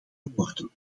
geworden